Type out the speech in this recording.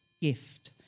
gift